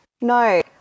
No